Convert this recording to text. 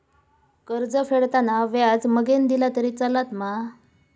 कर्ज फेडताना व्याज मगेन दिला तरी चलात मा?